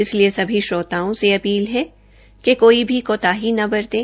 इसलिए सभी श्रोताओं से अपील है कि कोई भी कोताही न बरतें